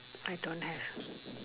I don't have